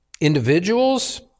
individuals